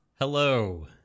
Hello